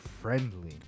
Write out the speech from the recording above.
friendly